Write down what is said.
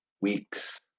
weeks